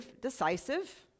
decisive